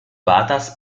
batas